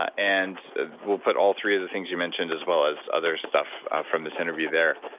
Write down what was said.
and we'll put all three of the things you mentioned as well as other stuff from this interview there.